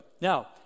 Now